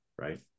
right